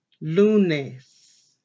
lunes